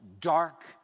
dark